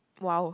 !wow!